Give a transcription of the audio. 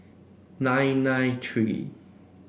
nine nine three